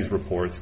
these reports